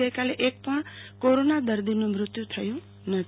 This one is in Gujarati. ગઈકાલે એકપણ કોરોના દર્દીનું મૃત્યું થયું નથી